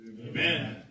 Amen